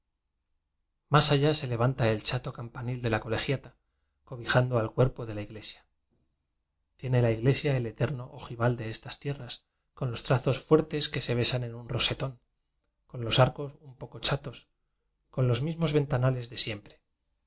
mas allá se levanta el chato campanil de la colegiata cobijando al cuerpo de la igle sia tiene la iglesia el eterno ojival de es tas fierras con los trazos fuertes que se besan en un rosetón con los arcos un poco chatos con los mismos ventanales desiempre